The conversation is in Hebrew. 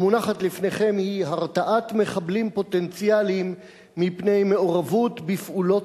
המונחת לפניכם היא הרתעת מחבלים פוטנציאליים מפני מעורבות בפעולות